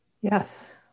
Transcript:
Yes